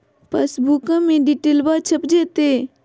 पासबुका में डिटेल्बा छप जयते?